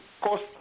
Cost